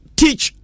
teach